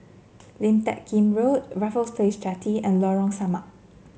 Lim Teck Kim Road Raffles Place Jetty and Lorong Samak